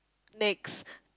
next